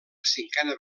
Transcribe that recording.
cinquena